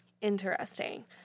Interesting